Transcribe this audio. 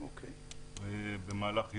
במהלך יום,